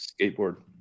skateboard